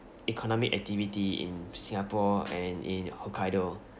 economic activity in singapore and in hokkaido